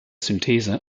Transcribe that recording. synthese